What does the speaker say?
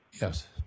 yes